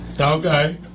Okay